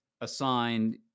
assigned